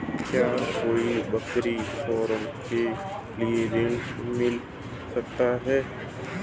क्या कोई बकरी फार्म के लिए ऋण मिल सकता है?